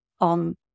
on